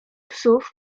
psów